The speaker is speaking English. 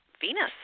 Venus